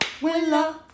Willow